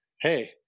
hey